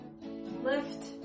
lift